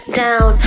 down